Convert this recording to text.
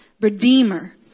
redeemer